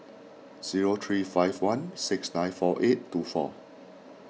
zero three five one six nine four eight two four